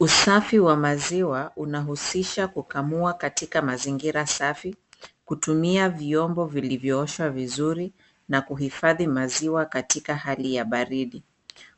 Usafi wa maziwa unahusisha kukamua katika mazingira safi, kutumia vyombo vilivyooshwa vizuri na kuhifadhi maziwa katika hali ya baridi.